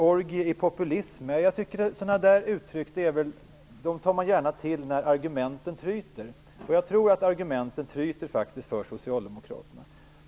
Orgie i populism - sådana uttryck tar man gärna till när argumenten tryter, och jag tror att argumenten tryter för socialdemokraterna.